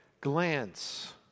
glance